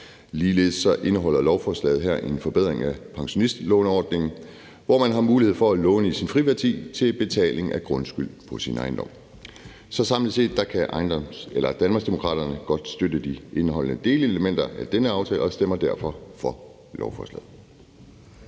Ligeledes indeholder lovforslaget her en forbedring af pensionistlåneordningen, hvor man har mulighed for at låne i sin friværdi til betaling af grundskyld på sin ejendom. Samlet set kan Danmarksdemokraterne godt støtte de indeholdte delelementer af denne aftale og stemmer derfor for lovforslaget.